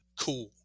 cool